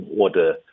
order